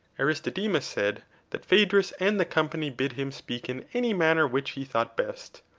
aristodemus said that phaedrus and the company bid him speak in any manner which he thought best.